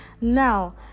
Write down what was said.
now